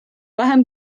vähem